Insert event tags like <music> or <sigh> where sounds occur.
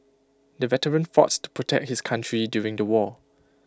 the veteran fought <unintelligible> to protect his country during the war